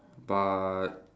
but